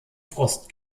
frost